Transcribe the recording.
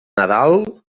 nadal